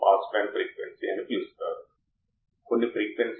voltage difference gain ఉంటుంది అది 1 gain